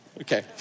Okay